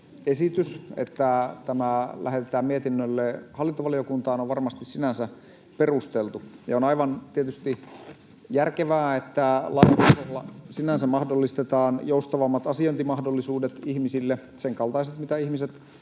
esitys, että tämä lähetetään mietinnölle hallintovaliokuntaan, on varmasti sinänsä perusteltu, ja on tietysti aivan järkevää, että lakiehdotuksella sinänsä mahdollistetaan joustavammat asiointimahdollisuudet ihmisille, sen kaltaiset, mitä ihmiset